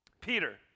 Peter